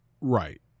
Right